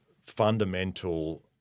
fundamental